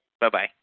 Bye-bye